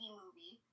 movie